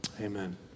Amen